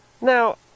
Now